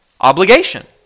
obligation